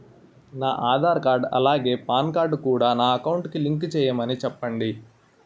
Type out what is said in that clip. నా ఆధార్ కార్డ్ అలాగే PAN card కూడా నా అకౌంట్ కి లింక్ చేయమని చెప్పండి